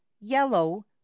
yellow